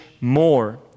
more